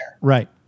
Right